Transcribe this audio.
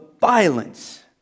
violence